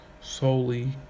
solely